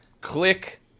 click